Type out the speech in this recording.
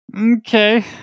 Okay